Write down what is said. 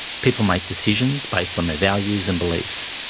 people make decisions based on their values and beliefs,